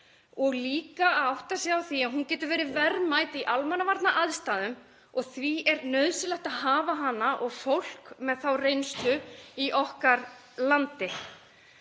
líka að átta sig á því að hún getur verið verðmæt í almannavarnaaðstæðum. Því er nauðsynlegt að hafa hana og fólk með þá reynslu í okkar landi.